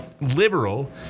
liberal